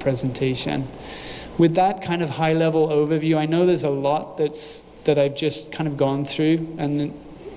presentation with that kind of high level overview i know there's a lot that's that i've just kind of gone through and